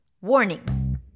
Warning